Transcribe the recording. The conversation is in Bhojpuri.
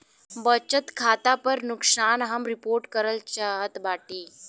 बचत खाता पर नुकसान हम रिपोर्ट करल चाहत बाटी